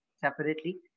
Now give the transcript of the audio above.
separately